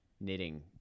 knitting